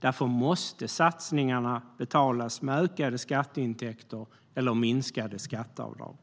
Därför måste satsningarna betalas med ökade skatteintäkter eller minskade skatteavdrag.